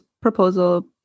proposal